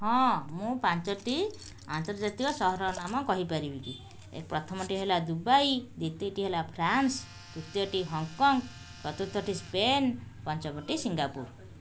ହଁ ମୁଁ ପାଞ୍ଚଟି ଆନ୍ତର୍ଜାତିକ ସହରର ନାମ କହିପାରିବି ଏ ପ୍ରଥମଟି ହେଲା ଦୁବାଇ ଦ୍ୱିତୀୟଟି ହେଲା ଫ୍ରାନ୍ସ ତୃତୀୟଟି ହଙ୍କକଙ୍ଗ ଚତୁର୍ଥଟି ସ୍ପେନ୍ ପଞ୍ଚମଟି ସିଙ୍ଗାପୁର